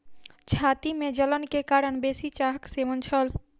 छाती में जलन के कारण बेसी चाहक सेवन छल